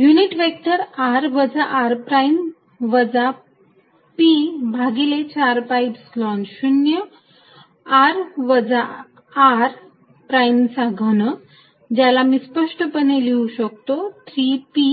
unit vector r वजा r prime वजा p भागिले 4 pi Epsilon 0 r वजा r प्राईमचा घन ज्याला मी स्पष्टपणे लिहू शकतो 3 p